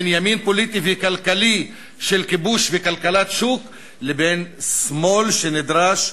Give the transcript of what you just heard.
בין ימין פוליטי וכלכלי של כיבוש וכלכלת שוק לבין שמאל שנדרש,